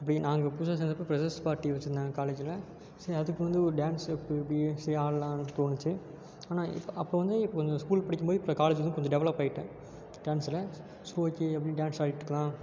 அப்படி நாங்கள் புதுசாக சேர்ந்தப்ப ஃப்ரெஸ்ஸர்ஸ் பார்ட்டி வச்சுருந்தாங்க காலேஜில் சரி அதுக்கு வந்து ஒரு டான்ஸு அப்போ அப்படியே சரி ஆடலான்னு தோணுச்சு ஆனால் இப்போ அப்போ வந்து இப்போ கொஞ்சம் ஸ்கூல் படிக்கும் போது இப்போ காலேஜ் வந்து கொஞ்சம் டெவலப் ஆகிட்டேன் டான்ஸ்சில் ஸோ ஓகே அப்படினு டான்ஸ் ஆடிகிட்டுருக்கலாம்